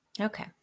Okay